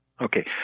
Okay